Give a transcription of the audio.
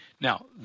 Now